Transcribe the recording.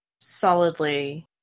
solidly